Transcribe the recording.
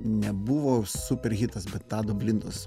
nebuvo super hitas bet tado blindos